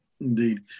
Indeed